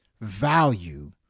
value